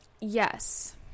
Yes